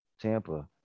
Tampa